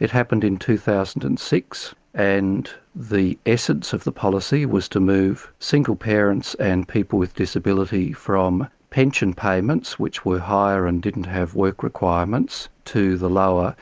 it happened in two thousand and six, and the essence of the policy was to move single parents and people with disability from pension payments, which were higher and didn't have work requirements, to the lower